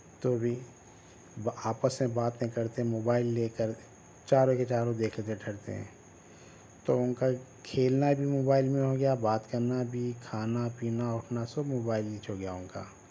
تو بھی وہ آپس میں باتیں کرتے موبائل لے کر چاروں کے چاروں دیکھ لیتے ٹھہرتے ہیں تو ان کا کھیلنا بھی موبائل میں ہو گیا بات کرنا بھی کھانا پینا اٹھنا سب موبائل ایچ ہو گیا ان کا